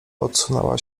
odsunęła